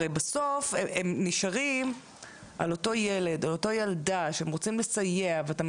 הרי בסוף הם נשארים על אותו ילד או אותה ילדה שהם רוצים לסייע ואתה